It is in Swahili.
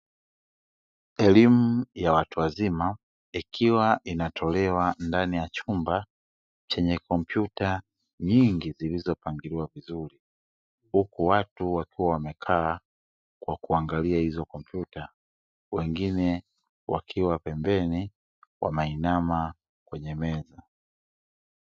Elimu ya watu wazima ikiwa inatolewa ndani ya chumba chenye kompyuta nyingi zilizopangiliwa vizuri huku watu wakiwa wamekaa kwa kuangalia hizo kompyuta. Wengine wakiwa pembeni wameinama kwenye meza.